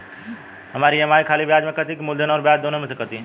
हमार ई.एम.आई खाली ब्याज में कती की मूलधन अउर ब्याज दोनों में से कटी?